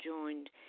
joined